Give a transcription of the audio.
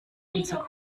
unser